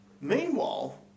Meanwhile